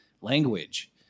language